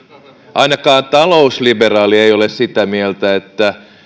ainakaan talousliberaali ei ole sitä mieltä että